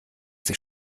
sich